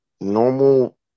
normal